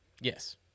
Yes